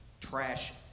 trash